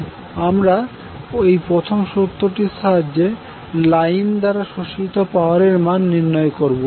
আমরা প্রথমে এই সূত্রটির সাহায্যে লাইন দ্বারা শোষিত পাওয়ার এর মান নির্ণয় করবো